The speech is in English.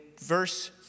verse